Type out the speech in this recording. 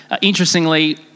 interestingly